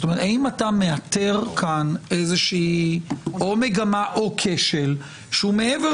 האם אתה מאתר כאן או מגמה או כשל שהוא מעבר